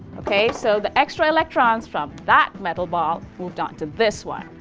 okay so, the extra electrons from that metal ball moved on to this one.